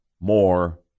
more